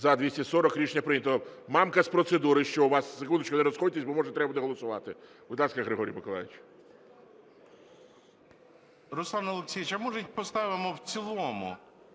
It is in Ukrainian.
За-240 Рішення прийнято. Мамка – з процедури. Що у вас? Секундочку, не розходьтесь, бо може треба буде голосувати. Будь ласка, Григорій Миколайович. 11:58:52 МАМКА Г.М. Руслан Олексійович, а може поставимо в цілому?